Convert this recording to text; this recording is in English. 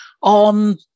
on